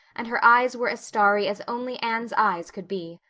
and her eyes were as starry as only anne's eyes could be.